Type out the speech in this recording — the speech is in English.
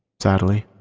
sadly,